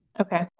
Okay